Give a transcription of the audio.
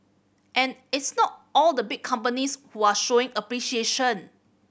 and it's not all the big companies who are showing appreciation